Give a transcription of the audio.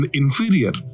inferior